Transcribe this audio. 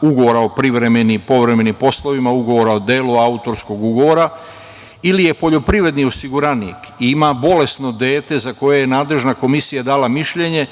ugovora o privremenim i povremenim poslovima, ugovora o delu, autorskog ugovora ili je poljoprivredni osiguranik i ima bolesno dete za koje je nadležna komisija dala mišljenje